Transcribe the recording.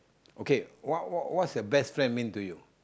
okay what what what's the best friend mean to you